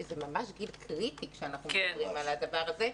שזה ממש גיל קריטי כשאנחנו מדברים על הדבר הזה,